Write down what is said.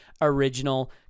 original